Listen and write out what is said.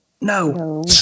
No